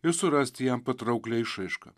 ir surasti jam patrauklią išraišką